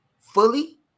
fully